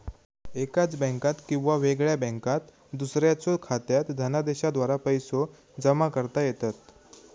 एकाच बँकात किंवा वेगळ्या बँकात दुसऱ्याच्यो खात्यात धनादेशाद्वारा पैसो जमा करता येतत